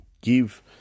give